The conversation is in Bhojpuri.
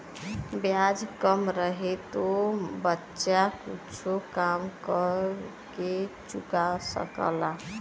ब्याज कम रहे तो बच्चा कुच्छो काम कर के चुका सकला